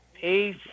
Peace